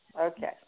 Okay